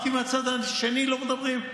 רק עם הצד השני לא מדברים?